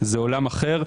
זה עולם אחר.